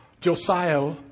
Josiah